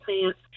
plants